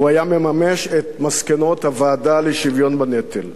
הוא היה מממש את מסקנות הוועדה לשוויון בנטל.